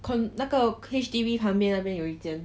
那个 H_D_B 旁边有一间